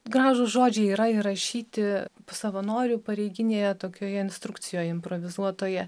gražūs žodžiai yra įrašyti savanorių pareiginėje tokioje instrukcijoje improvizuotoje